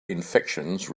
infections